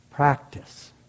Practice